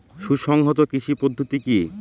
সুসংহত কৃষি পদ্ধতি কি?